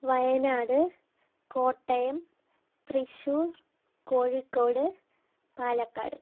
Wayanad Kottayam Thrissur Kozhikode Palakkad